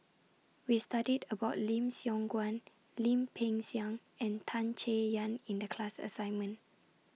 We studied about Lim Siong Guan Lim Peng Siang and Tan Chay Yan in The class assignment